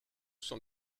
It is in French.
sont